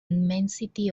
immensity